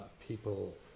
people